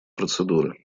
процедуры